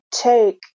take